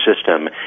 system